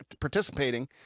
participating